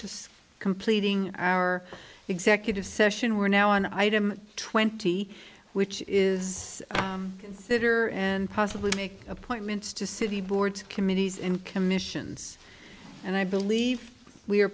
just completing our executive session we're now an item twenty which is consider and possibly make appointments to city boards committees in commissions and i believe we're